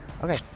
Okay